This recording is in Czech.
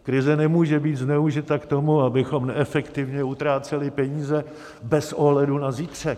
Krize nemůže být zneužita k tomu, abychom neefektivně utráceli peníze bez ohledu na zítřek.